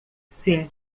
sim